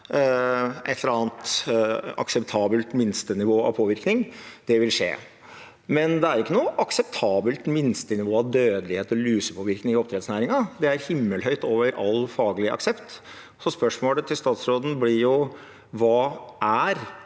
annet akseptabelt minstenivå av påvirkning vil skje. Men det er ikke noe akseptabelt minstenivå av dødelighet og lusepåvirkning i oppdrettsnæringen. Det er himmelhøyt over all faglig aksept. Spørsmålet til statsråden blir: Hva er